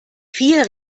viel